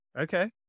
Okay